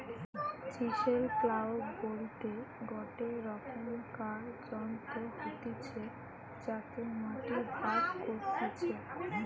chisel plough বলতে গটে রকমকার যন্ত্র হতিছে যাতে মাটি ভাগ করতিছে